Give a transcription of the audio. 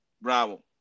Bravo